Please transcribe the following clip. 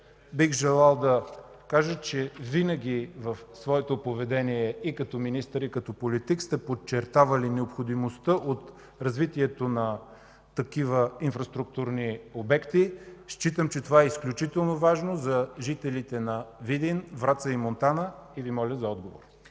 Бих желал да кажа, че винаги в своето поведение – и като министър, и като политик, сте подчертавали необходимостта от развитието на такива инфраструктурни обекти. Считам, че това е изключително важно за жителите на Видин, Враца и Монтана. Моля Ви за отговор.